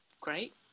Great